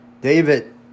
David